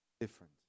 different